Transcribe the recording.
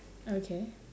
okay